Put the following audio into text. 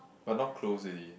but now close already